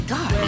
God